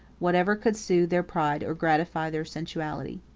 whatever could soothe their pride or gratify their sensuality.